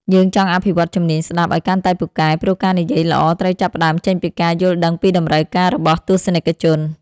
យើងចង់អភិវឌ្ឍជំនាញស្ដាប់ឱ្យកាន់តែពូកែ ព្រោះការនិយាយល្អត្រូវចាប់ផ្ដើមចេញពីការយល់ដឹងពីតម្រូវការរបស់ទស្សនិកជន។